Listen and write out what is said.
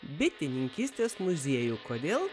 bitininkystės muziejų kodėl